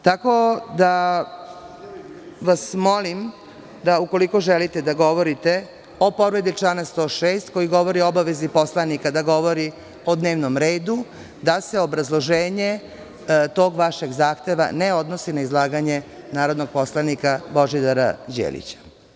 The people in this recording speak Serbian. Tako da vas molim, da ukoliko želite da govorite o povredi člana 106. koji govori o obavezi poslanika da govori o dnevnom redu, da se obrazloženje tog vašeg zahteva ne odnosi na izlaganje narodnog poslanika Božidara Đelića.